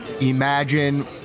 Imagine